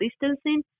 distancing